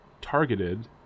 targeted